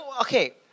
Okay